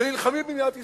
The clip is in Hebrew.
שנלחמים במדינת ישראל.